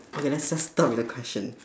okay let's just start with the question